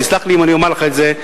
תסלח לי אם אני אומר לך את זה,